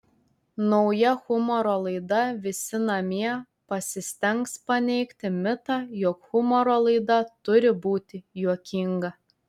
nauja humoro laida visi namie pasistengs paneigti mitą jog humoro laida turi būti juokinga